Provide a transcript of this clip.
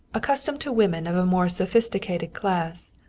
accustomed to women of a more sophisticated class,